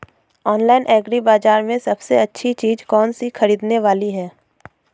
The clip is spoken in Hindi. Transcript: ऑनलाइन एग्री बाजार में सबसे अच्छी चीज कौन सी ख़रीदने वाली है?